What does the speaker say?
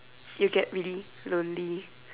you get really lonely